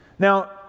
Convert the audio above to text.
Now